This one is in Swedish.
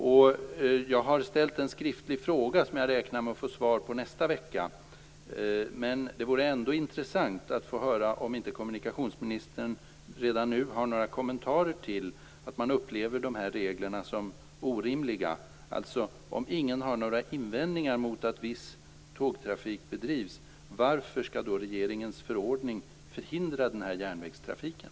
Jag har i det sammanhanget ställt en skriftlig fråga, som jag räknar med att få svar på nästa vecka, men det vore ändå intressant att höra om inte kommunikationsministern redan nu har några kommentarer till att de här reglerna upplevs som orimliga. Alltså: Om ingen har några invändningar mot att viss tågtrafik bedrivs, varför skall då regeringens förordning förhindra den här järnvägstrafiken?